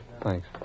Thanks